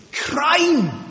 crime